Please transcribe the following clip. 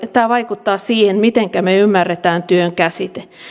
tämä vaikuttaa siihen mitenkä me ymmärrämme työn käsitteen